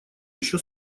еще